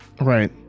Right